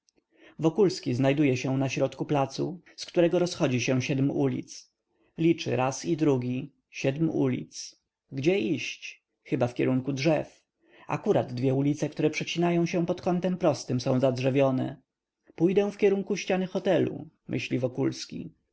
wokulski znajduje się na środku placu z którego rozchodzi się siedm ulic liczy raz i drugi siedm ulic gdzie iść chyba w kierunku drzew akurat dwie ulice przecinające się pod kątem prostym są zadrzewione pójdę w kierunku ściany hotelu myśli wokulski